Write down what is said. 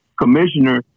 commissioner